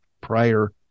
prior